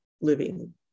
living